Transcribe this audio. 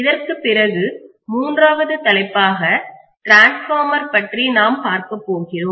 இதற்குப் பிறகு மூன்றாவது தலைப்பாக டிரான்ஸ்பார்மர் பற்றி நாம் பார்க்கப்போகிறோம்